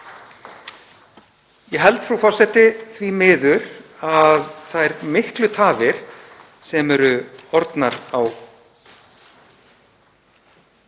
Ég held, frú forseti, því miður að þær miklu tafir sem eru orðnar á